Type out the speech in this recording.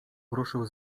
ruszył